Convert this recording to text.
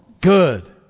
Good